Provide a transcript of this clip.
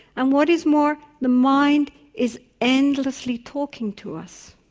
and what is more the mind is endlessly talking to us.